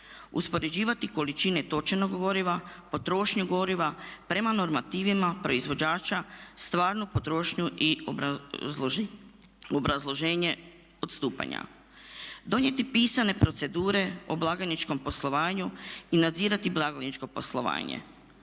Uspoređivati količine točenog goriva, potrošnju goriva prema normativima proizvođača, stvarnu potrošnju i obrazloženje odstupanja. Donijeti pisane procedure o blagajničkom poslovanju i nadzirati blagajničko poslovanje.